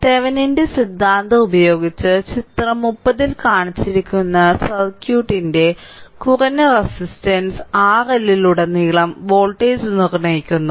തെവെനിന്റെ സിദ്ധാന്തം ഉപയോഗിച്ച് ചിത്രം 30 ൽ കാണിച്ചിരിക്കുന്ന സർക്യൂട്ടിന്റെ കുറഞ്ഞ റെസിസ്റ്റൻസ് RLലുടനീളം വോൾട്ടേജ് നിർണ്ണയിക്കുന്നു